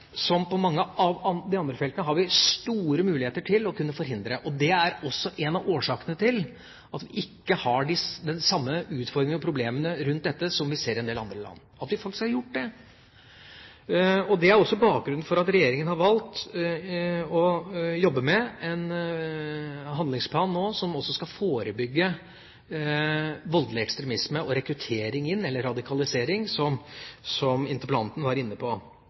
som på mange av de andre feltene – har vi store muligheter til å kunne forhindre kriminalitet, og det at vi faktisk har gjort det, er også en av årsakene til at vi ikke har den samme utfordringen og problemene rundt dette som vi ser i en del andre land. Det er også bakgrunnen for at regjeringa nå har valgt å jobbe med en handlingsplan som også skal forebygge voldelig ekstremisme og rekruttering, eller radikalisering, som interpellanten var inne på.